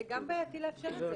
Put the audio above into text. זה גם בעייתי לאפשר את זה,